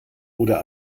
oder